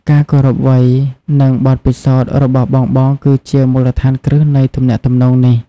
ការគោរពវ័យ និងបទពិសោធន៍របស់បងៗ គឺជាមូលដ្ឋានគ្រឹះនៃទំនាក់ទំនងនេះ។